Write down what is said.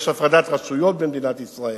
יש הפרדת רשויות במדינת ישראל.